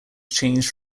changed